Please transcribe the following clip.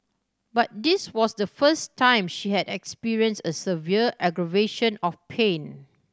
but this was the first time she had experience a severe aggravation of pain